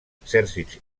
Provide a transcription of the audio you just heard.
exèrcits